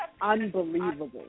unbelievable